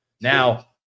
Now